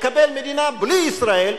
נקבל מדינה בלי ישראל,